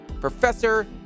professor